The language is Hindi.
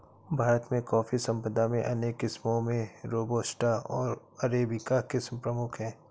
भारत में कॉफ़ी संपदा में अनेक किस्मो में रोबस्टा ओर अरेबिका किस्म प्रमुख है